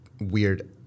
weird